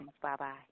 Bye-bye